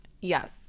yes